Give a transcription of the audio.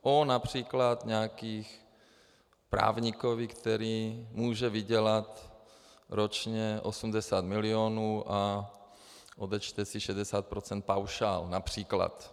O například nějakém právníkovi, který může vydělat ročně 80 milionů a odečte si 60 % paušál, například.